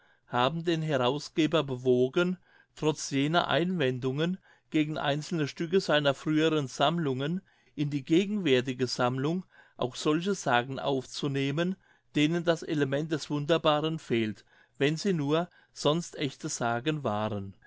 haben den herausgeber bewogen trotz jener einwendungen gegen einzelne stücke seiner früheren sammlungen in die gegenwärtige sammlung auch solche sagen aufzunehmen denen das element des wunderbaren fehlt wenn sie nur sonst echte sagen waren